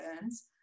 burns